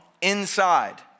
inside